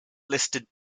listed